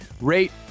Rate